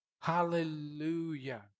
Hallelujah